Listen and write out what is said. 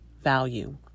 value